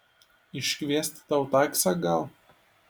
iškviest tau taksą gal